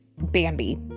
Bambi